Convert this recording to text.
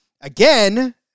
again